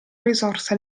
risorsa